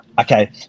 okay